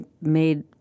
made